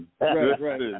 right